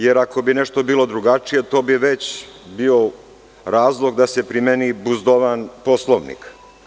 Jer, ako bi nešto bilo drugačije, to bi već bio razlog da se primeni buzdovan Poslovnik.